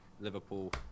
Liverpool